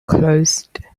closed